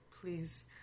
Please